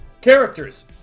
characters